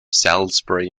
salisbury